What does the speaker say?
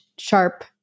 sharp